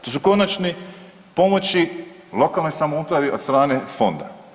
To su konačni pomoći lokalnoj samoupravi od strane fonda.